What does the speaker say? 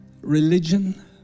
religion